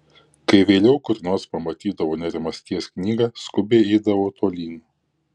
kai vėliau kur nors pamatydavo nerimasties knygą skubiai eidavo tolyn